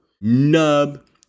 nub